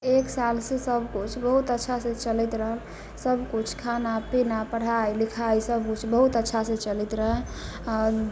एक सालसँ सबकिछु बहुत अच्छासँ चलैत रहल सबकिछु खाना पीना पढ़ाइ लिखाइ सबकिछु बहुत अच्छासँ चलैत रहै